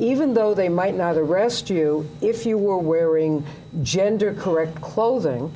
even though they might neither arrest you if you were wearing gender correct clothing